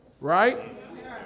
right